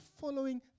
following